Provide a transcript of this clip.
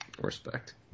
Respect